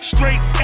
Straight